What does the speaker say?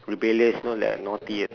rebellious you know like naughty uh